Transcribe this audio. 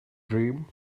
dream